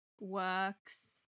works